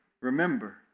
Remember